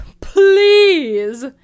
please